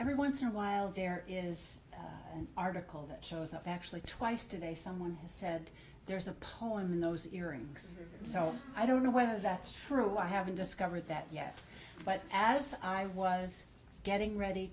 every once in a while there is an article that shows up actually twice today someone has said there's a poem in those earrings so i don't know whether that's true i haven't discovered that yet but as i was getting ready